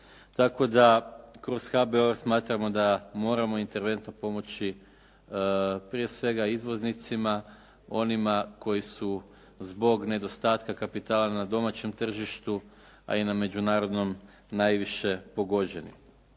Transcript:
tako da kroz HBOR smatramo da moramo interventno pomoći prije svega izvoznicima onima koji su zbog nedostatka kapitala na domaćem tržištu a i na međunarodnom najviše pogođeni.